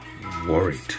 worried